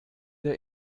der